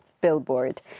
Billboard